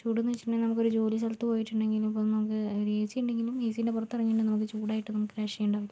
ചൂടെന്ന് വെച്ചിട്ടുണ്ടെങ്കിൽ നമുക്ക് ഒരു ജോലി സ്ഥലത്ത് പോയിട്ടുണ്ടെങ്കിൽ ഇപ്പോൾ നമുക്ക് എ സി ഉണ്ടെങ്കിലും എ സീൻ്റെ പുറത്തിറങ്ങിയിട്ട് നമുക്ക് ചൂടായിട്ട് നമുക്ക് രക്ഷയുണ്ടാകില്ല